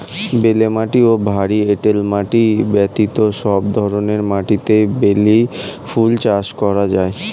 বেলে মাটি ও ভারী এঁটেল মাটি ব্যতীত সব ধরনের মাটিতেই বেলি ফুল চাষ করা যায়